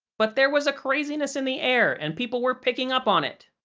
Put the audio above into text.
but there was craziness in the air and people were picking up on it.